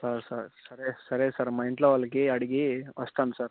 sir sir సరే సరే sir మా ఇంట్లో వాళ్ళకి అడిగి వస్తాను సార్